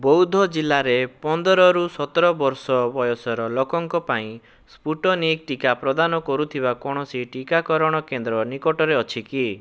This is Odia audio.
ବୌଦ୍ଧ ଜିଲ୍ଲାରେ ପନ୍ଦରରୁ ସତର ବର୍ଷ ବୟସର ଲୋକଙ୍କ ପାଇଁ ସ୍ପୁଟନିକ୍ ଟିକା ପ୍ରଦାନ କରୁଥିବା କୌଣସି ଟିକାକରଣ କେନ୍ଦ୍ର ନିକଟରେ ଅଛି କି